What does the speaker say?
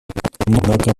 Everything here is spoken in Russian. однако